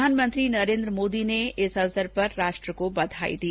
प्रधानमंत्री नरेन्द्र मोदी ने इस अवसर पर राष्ट्र को बधाई दी